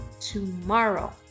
tomorrow